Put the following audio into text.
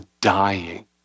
dying